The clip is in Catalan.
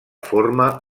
forma